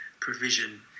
provision